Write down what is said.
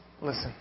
listen